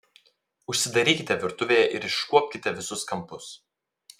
užsidarykite virtuvėje ir iškuopkite visus kampus